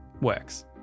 works